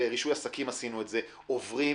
כי בסוף אתם אומרים שאתם רוצים לעמוד